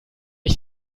ich